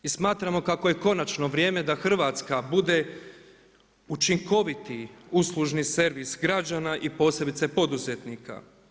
I smatramo kako je konačno vrijeme da Hrvatska bude učinkoviti uslužni servis građana i posebice poduzetnika.